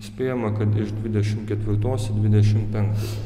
spėjama kad iš dvidešimt ketvirtos į dvidešimt penktąją